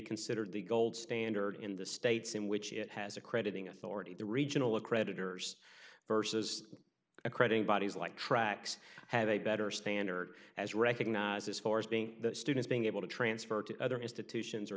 considered the gold standard in the states in which it has accrediting authority the regional of creditors versus accredited bodies like tracks have a better standard as recognized as far as being the students being able to transfer to other institutions or